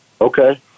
Okay